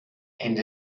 and